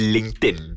LinkedIn